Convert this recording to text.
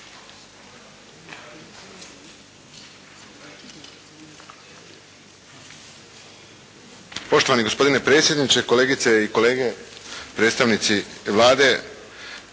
Poštovani gospodine predsjedniče, kolegice i kolege, predstavnici Vlade.